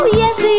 Yes